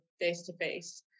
face-to-face